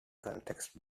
context